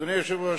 אדוני היושב-ראש,